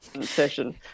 session